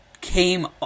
came